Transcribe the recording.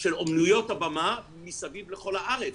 של אומנויות הבמה מסביב לכל הארץ.